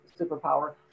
superpower